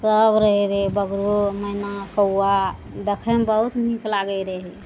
सब रहय रहय बगरो मैना कौआ देखयमे बहुत नीक लागय रहय